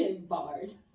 Bars